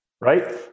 Right